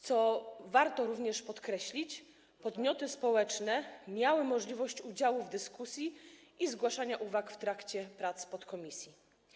Co warto również podkreślić, podmioty społeczne miały możliwość udziału w dyskusji i zgłaszania uwag w trakcie prac podkomisji.